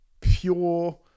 pure